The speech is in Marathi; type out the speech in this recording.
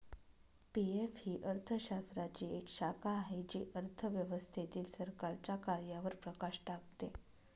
पी.एफ ही अर्थशास्त्राची एक शाखा आहे जी अर्थव्यवस्थेतील सरकारच्या कार्यांवर प्रकाश टाकते